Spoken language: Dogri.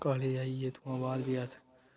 कालेज आई गे उत्थुआं बाद भी अस